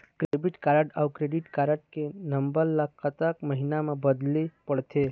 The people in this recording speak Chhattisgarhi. डेबिट कारड अऊ क्रेडिट कारड के कोड नंबर ला कतक महीना मा बदले पड़थे?